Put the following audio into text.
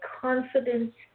confidence